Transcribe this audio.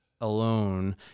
alone